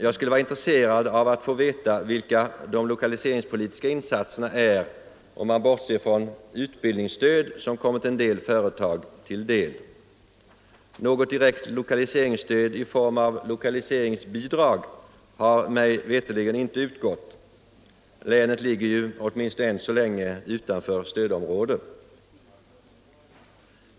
Jag skulle vara intresserad av att få veta vilka de lokaliseringspolitiska insatserna är, om man bortser från utbildningsstöd som kommit en del företag till del. Något direkt lokaliseringsbidrag har mig veterligen inte utgått. Länet ligger ju, åtminstone än så länge, utanför stödområdet.